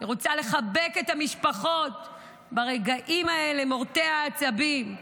אני רוצה לחבק את המשפחות ברגעים מורטי העצבים האלה.